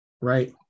right